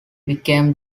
became